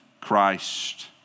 Christ